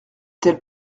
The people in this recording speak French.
telle